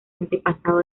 antepasado